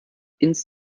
ins